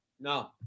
No